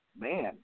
Man